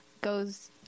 goes